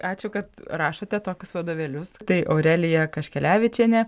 ačiū kad rašote tokius vadovėlius tai aurelija kaškelevičienė